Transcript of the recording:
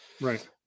right